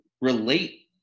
relate